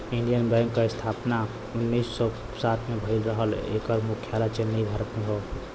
Indian Bank क स्थापना उन्नीस सौ सात में भयल रहल एकर मुख्यालय चेन्नई, भारत में हौ